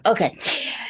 Okay